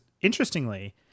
interestingly